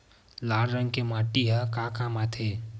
लाल रंग के माटी ह का काम आथे?